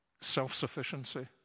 self-sufficiency